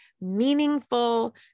meaningful